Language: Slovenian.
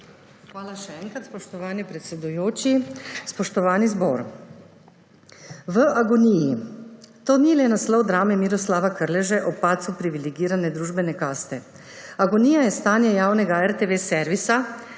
Hvala še enkrat, spoštovani predsedujoči. Spoštovani zbor! V agoniji. To ni le naslov drame Miroslava Krleže ob padcu privilegirane družbene kaste. Agonija je stanje javnega RTV servisa,